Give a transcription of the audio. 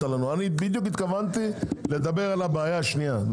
התכוונתי לדבר על הבעיה השנייה.